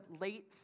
late